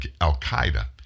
Al-Qaeda